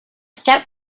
stepped